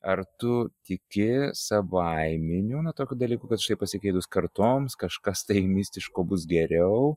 ar tu tiki savaiminiu na tokiu dalyku kad štai pasikeitus kartoms kažkas tai mistiško bus geriau